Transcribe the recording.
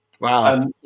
Wow